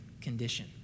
condition